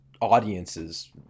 audiences